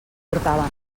portaven